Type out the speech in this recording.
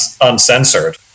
Uncensored